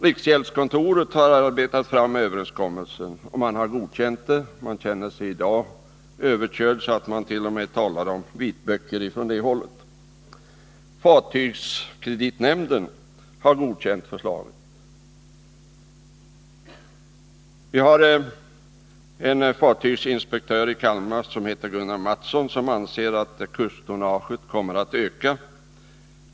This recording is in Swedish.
Riksgäldskontoret känner sig i dag överkört — man talar från det hållet Nr 32 t.o.m. om vitböcker. Fartygskreditnämnden har godkänt förslaget. Det Måndagen den finns en fartygsinspektör i Kalmar som heter Gunnar Mattsson. Han anser att 24 november 1980 kusttonnaget kommer att öka.